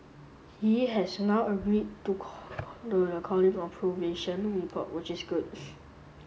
he has now agreed to call the calling of the report which is good